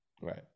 right